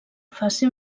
faci